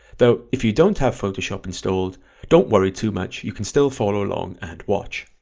though if you don't have photoshop installed don't worry too much, you can still follow along and watch.